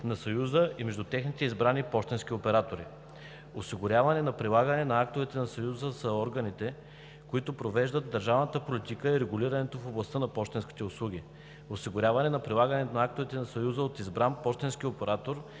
на Съюза, и между техните избрани пощенски оператори; осигуряването на прилагането на актовете на Съюза са органите, които провеждат държавната политика и регулирането в областта на пощенските услуги; осигуряването на прилагането на актовете на Съюза от избран пощенски оператор,